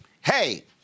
hey